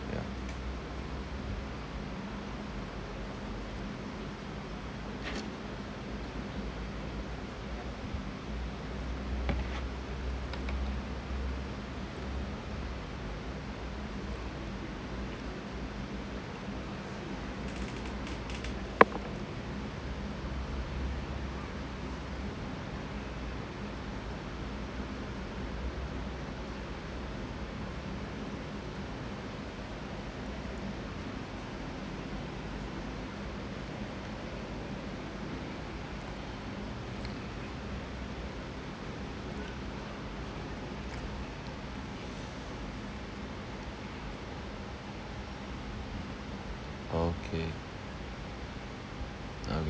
yeah okay okay